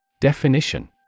Definition